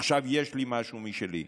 עכשיו יש לי משהו משלי.